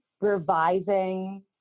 Revising